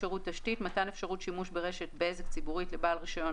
"שירות תשתית" מתן אפשרות שימוש ברשת בזק ציבורית לבעל רישיון